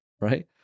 right